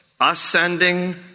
ascending